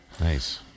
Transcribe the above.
Nice